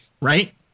right